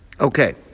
Okay